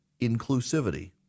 inclusivity